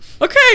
okay